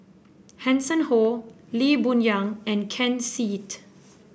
Hanson Ho Lee Boon Yang and Ken Seet